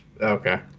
Okay